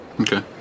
Okay